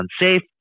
unsafe